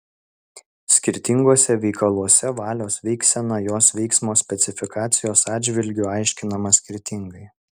skirtinguose veikaluose valios veiksena jos veiksmo specifikacijos atžvilgiu aiškinama skirtingai